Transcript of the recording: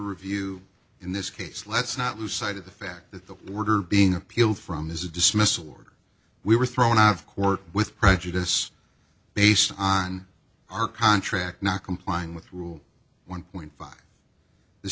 review in this case let's not lose sight of the fact that that word are being appealed from is a dismissal order we were thrown out of court with prejudice based on our contract not complying with rule one point five the